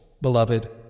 beloved